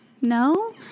no